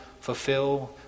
fulfill